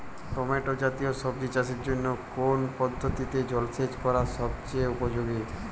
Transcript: Tomato জাতীয় সবজি চাষের জন্য কোন পদ্ধতিতে জলসেচ করা সবচেয়ে উপযোগী?